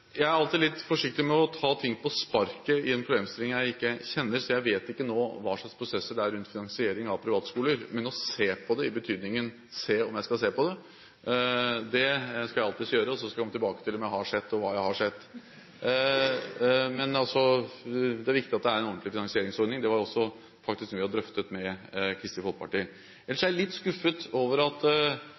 Jeg er alltid litt forsiktig med å ta ting på sparket i en problemstilling jeg ikke kjenner, så jeg vet ikke nå hva slags prosesser det er rundt finansiering av privatskoler. Men å se på det i betydningen se om jeg skal se på det, skal jeg alltids gjøre, og så skal jeg komme tilbake til om jeg har sett, og hva jeg har sett. Men det er viktig at det er en ordentlig finansieringsordning. Det er faktisk noe vi har drøftet med Kristelig Folkeparti. Ellers er jeg litt skuffet over at